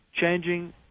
changing